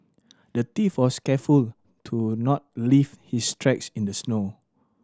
the thief was careful to not leave his tracks in the snow